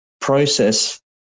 process